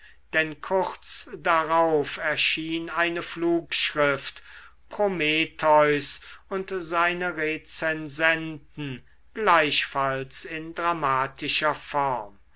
denn kurz darauf erschien eine flugschrift prometheus und seine rezensenten gleichfalls in dramatischer form